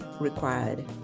required